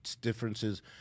differences